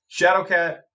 Shadowcat